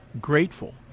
grateful